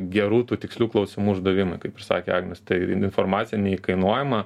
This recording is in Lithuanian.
gerų tų tikslių klausimų uždavimui kaip ir sakė agnius tai informacija neįkainuojama